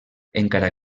encara